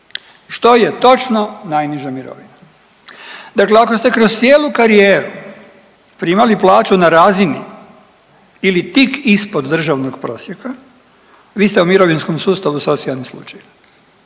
što je točno najniža mirovina. Dakle, ako ste kroz cijelu karijeru primali plaću na razini ili tik ispod državnog prosjeka vi ste u mirovinskom sustavu socijalni slučaj